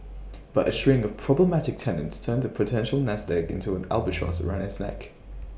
but A string of problematic tenants turned the potential nest egg into an albatross around his neck